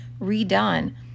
redone